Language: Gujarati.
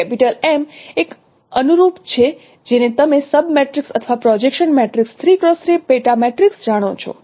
M એક અનુરૂપ છે જેને તમે સબ મેટ્રિક્સ અથવા પ્રોજેક્શન મેટ્રિક્સ પેટા મેટ્રિક્સ જાણો છો